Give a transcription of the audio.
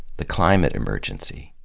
the climate emergency,